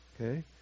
okay